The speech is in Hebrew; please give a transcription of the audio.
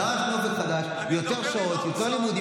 למה אופק חדש מגיע לילד א' ולא לילד ב'?